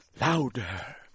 louder